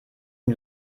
den